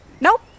Nope